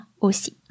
aussi